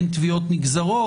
אין תביעות נגזרות.